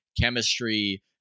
chemistry